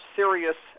serious